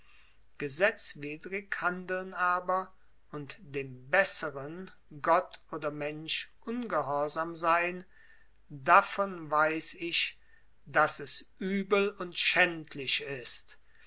gesetzwidrig handeln aber und dem besseren gott oder mensch ungehorsam sein davon weiß ich daß es übel und schändlich ist